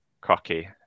cocky